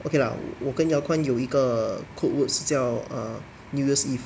okay lah 我跟 yao kuan 有一个 err code words 是叫 err new year's eve